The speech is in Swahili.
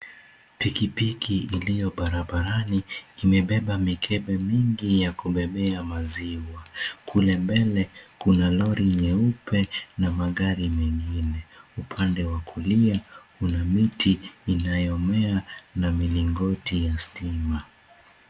Pikipiki iliyo barabarani imebeba mikebe mingi ya kubebea maziwa. Kule mbele kuna lori nyeupe na magari mengine. Upande wa kulia kuna miti inayomea na milingoti ya stima.